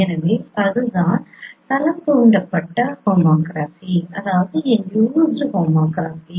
எனவே அதுதான் தளம் தூண்டப்பட்ட ஹோமோகிராபி